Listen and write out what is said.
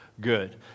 good